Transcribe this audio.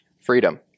Freedom